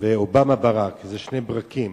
ואובמה ברק, שני ברקים,